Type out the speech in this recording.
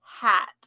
hat